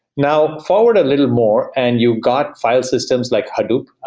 now, forward a little more, and you got file systems like hadoop,